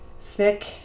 thick